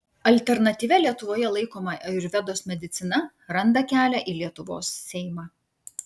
alternatyvia lietuvoje laikoma ajurvedos medicina randa kelią į lietuvos seimą